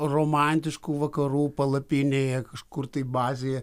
romantiškų vakarų palapinėje kažkur tai bazėje